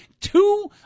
two